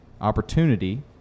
opportunity